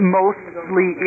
mostly